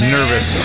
Nervous